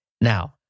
now